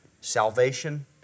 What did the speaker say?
salvation